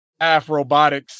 afrobotics